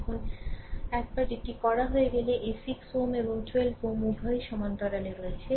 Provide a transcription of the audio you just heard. এখন একবার এটি করা হয়ে গেলে এই 6 Ω এবং 12 Ω উভয়ই সমান্তরালে রয়েছে